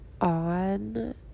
on